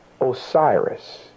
Osiris